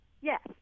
Yes